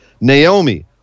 Naomi